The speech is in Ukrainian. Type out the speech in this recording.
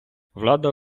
влада